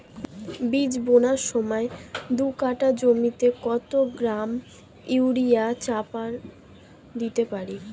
বীজ বোনার সময় দু কাঠা জমিতে কত গ্রাম ইউরিয়া চাপান দিতে পারি?